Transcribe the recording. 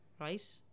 right